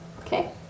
Okay